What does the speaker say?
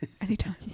anytime